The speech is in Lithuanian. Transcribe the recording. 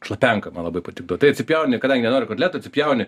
šlapenka man labai patikdavo tai atsipjauni kadangi nenori kotletų atsipjauni